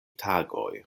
tagoj